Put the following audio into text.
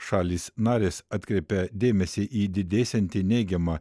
šalys narės atkreipia dėmesį į didėsiantį neigiamą